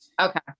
Okay